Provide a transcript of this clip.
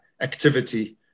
activity